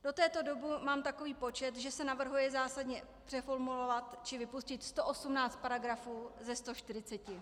Do této doby mám takový počet, že se navrhuje zásadně přeformulovat či vypustit 118 paragrafů ze 140.